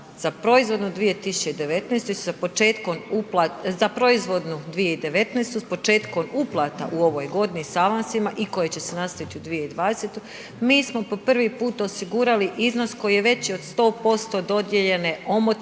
za proizvodnju 2019. s početkom uplata u ovoj godini s avansima, i koje će se nastaviti u 2020. mi smo po prvi put osigurali iznos koji je već od 100% dodijeljene omotnice